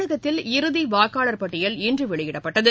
தமிழகத்தில் இறுதிவாக்காளர் பட்டியல் இன்றுவெளியிடப்பட்டது